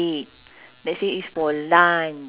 because some of them ah